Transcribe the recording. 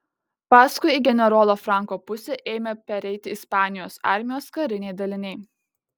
paskui į generolo franko pusę ėmė pereiti ispanijos armijos kariniai daliniai